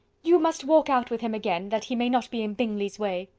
you must walk out with him again, that he may not be in bingley's way.